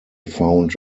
found